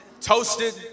Toasted